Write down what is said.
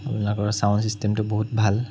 আপোনালোকৰ ছাউণ্ড ছিষ্টেমটো বহুত ভাল